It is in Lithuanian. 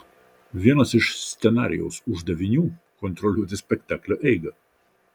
vienas iš scenarijaus uždavinių kontroliuoti spektaklio eigą